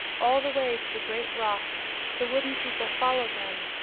all the way to the great rock the wooden people followed them,